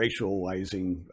racializing